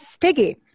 Piggy